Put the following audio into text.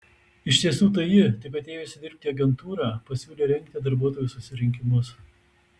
iš tiesų tai ji tik atėjusi dirbti į agentūrą pasiūlė rengti darbuotojų susirinkimus